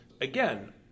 Again